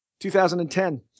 2010